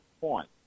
point